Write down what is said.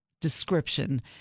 description